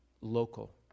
local